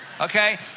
Okay